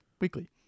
Weekly